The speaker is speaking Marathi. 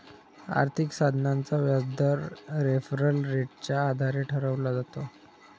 आर्थिक साधनाचा व्याजदर रेफरल रेटच्या आधारे ठरवला जातो